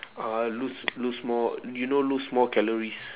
uh lose lose more you know lose more calories